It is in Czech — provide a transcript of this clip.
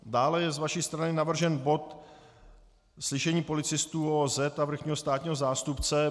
Dále je z vaší strany navržen bod slyšení policistů ÚOOZ a vrchního státního zástupce.